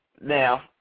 Now